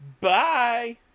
Bye